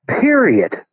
period